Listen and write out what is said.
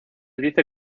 dice